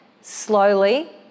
Slowly